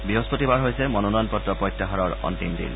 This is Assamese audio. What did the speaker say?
বৃহস্পতিবাৰ হৈছে মনোনয়নপত্ৰ প্ৰত্যাহাৰৰ অন্তিম দিন